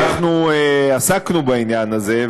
אנחנו עסקנו בעניין הזה,